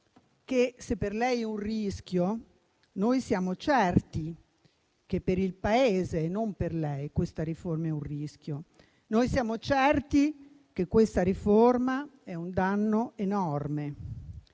che se per lei è un rischio, noi siamo certi che per il Paese e non per lei questa riforma è un rischio; noi siamo certi che questa riforma è un danno enorme